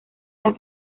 las